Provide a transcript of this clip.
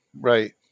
Right